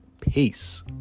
Peace